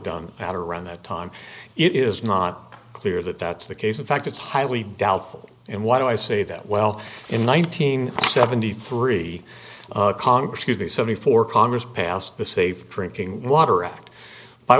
done at around that time it is not clear that that's the case in fact it's highly doubtful and why do i say that well in nineteen seventy three congress gave the seventy four congress passed the safe drinking water